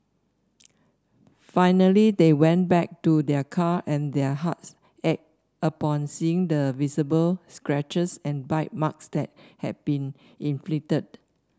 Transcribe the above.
finally they went back to their car and their hearts ached upon seeing the visible scratches and bite marks that had been inflicted